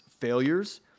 failures